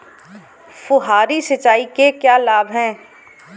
फुहारी सिंचाई के क्या लाभ हैं?